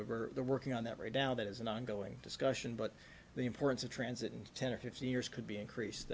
working on that right now that is an ongoing discussion but the importance of transit in ten or fifteen years could be increased